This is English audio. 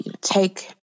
take